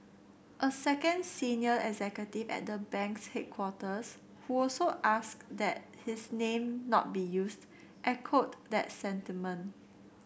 a second senior executive at the bank's headquarters who also asked that his name not be used echoed that sentiment